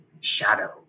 Shadow